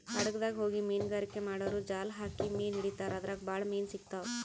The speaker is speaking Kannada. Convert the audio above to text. ಹಡಗ್ದಾಗ್ ಹೋಗಿ ಮೀನ್ಗಾರಿಕೆ ಮಾಡೂರು ಜಾಲ್ ಹಾಕಿ ಮೀನ್ ಹಿಡಿತಾರ್ ಅದ್ರಾಗ್ ಭಾಳ್ ಮೀನ್ ಸಿಗ್ತಾವ್